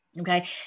Okay